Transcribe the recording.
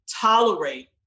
tolerate